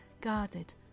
guarded